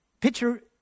picture